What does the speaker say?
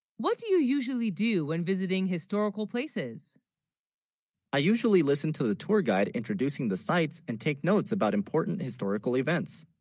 what do you usually, do when visiting historical places i? usually listen to the tour guide introducing the sights, and take notes about important historical events